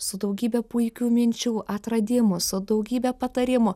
su daugybe puikių minčių atradimus su daugybę patarimų